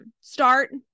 start